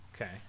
Okay